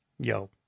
yo